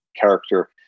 character